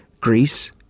Greece